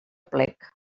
plec